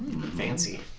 fancy